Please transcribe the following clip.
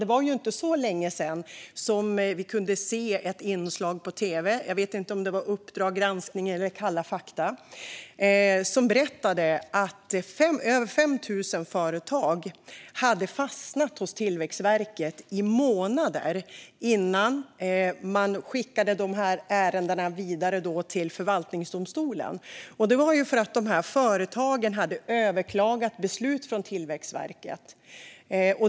Det var inte länge sedan vi kunde se ett inslag på tv - jag vet inte om det var i Uppdrag granskning eller i Kalla fakta - där man berättade att över 5 000 företag hade fastnat hos Tillväxtverket i månader innan man skickade ärendena vidare till förvaltningsdomstolen. Det var för att de här företagen hade överklagat beslut från Tillväxtverket.